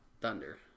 Thunder